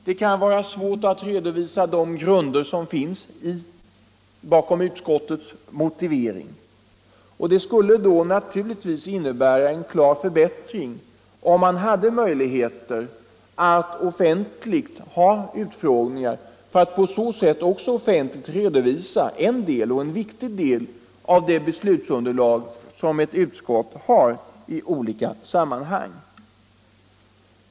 Det kan vara svårt att redovisa de grunder som finns bakom utskottets motivering, och det skulle då naturligtvis innebära en klar förbättring om man hade möjligheter att offentligt ha utfrågningar för att på så sätt också offentligt redovisa en del av det beslutsunderlag som ett utskott har i olika sammanhang.